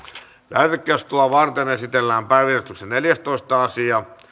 lähetekeskustelua varten esitellään päiväjärjestyksen neljästoista asia